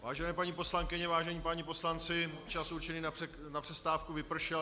Vážené paní poslankyně, vážení páni poslanci, čas určený na přestávku vypršel.